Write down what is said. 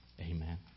Amen